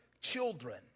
children